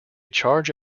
charge